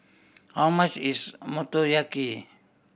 how much is Motoyaki